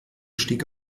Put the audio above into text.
stieg